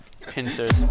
pincers